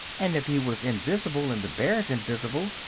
and if he was invis'ble, and the bears invis'ble,